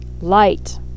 light